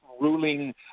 ruling